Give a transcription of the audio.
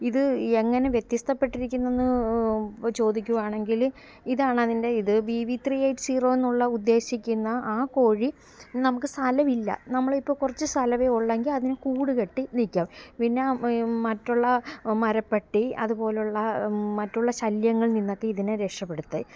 ഇത് എങ്ങനെ വ്യത്യസ്തപ്പെട്ടിരിക്കുന്നെന്നു ചോദിക്കുകയാണെങ്കിൽ ഇതാണതിന്റെ ഇത് ബീ വീ ത്രി എയ്റ്റ് സീറോയെന്നുള്ള ഉദ്ദേശിക്കുന്ന ആ കോഴി നമുക്ക് സ്ഥലമില്ല നമ്മളിപ്പം കുറച്ചു സ്ഥലമേ ഉള്ളെങ്കിൽ അതിനു കൂട് കെട്ടി നിൽക്കാം പിന്നെ മറ്റുള്ള മരപ്പട്ടി അതുപോലുള്ള മറ്റുള്ള ശല്യങ്ങളിൽ നിന്നൊക്കെ ഇതിനെ രക്ഷപ്പെടുത്തി